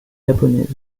japonaises